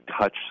touch